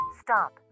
Stop